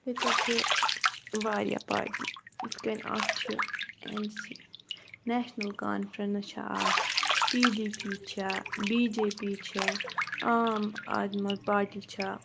ییٚتہِ حظ چھِ واریاہ پاٹی یِتھ کٔنۍ اَکھ چھِ این سی نیشنَل کانفِرَنس چھےٚ اَکھ پی ڈی پی چھےٚ بی جے پی چھےٚ آم آدمی پاٹی چھےٚ